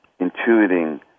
intuiting